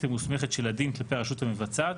המוסמכת של הדין כלפי הרשות המבצעת,